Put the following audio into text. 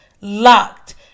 locked